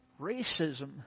Racism